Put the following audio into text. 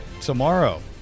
tomorrow